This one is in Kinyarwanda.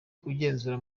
ugenzura